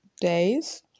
days